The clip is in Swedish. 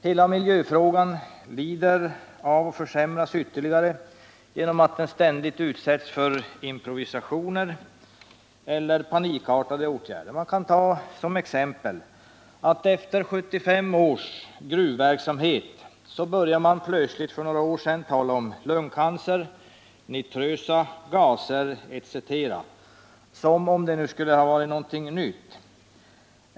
Hela miljöfrågan lider av och försämras ytterligare genom att den ständigt utsätts för improvisationer eller panikartade åtgärder. Man kan ta ett exempel. Efter 75 års gruvverksamhet började man för ett par år sedan plötsligt att tala om lungcancer, nitrösa gaser m.m.-som om det nu skulle ha varit någonting nytt.